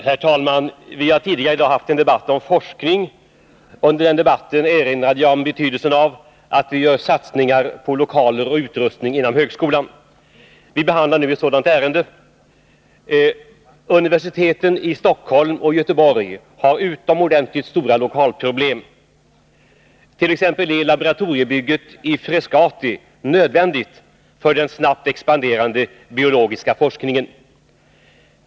Herr talman! Vi har tidigare i dag haft en debatt om forskning. Under den erinrade jag om betydelsen av att vi gör satsning på lokaler och utrustning inom högskolan. Vi behandlar nu ett sådant ärende. Universiteten i Stockholm och Göteborg har utomordentligt stora lokalproblem. Så t.ex. är laboratoriebygget i Frescati nödvändigt för den snabbt expanderande biologiska forskningen.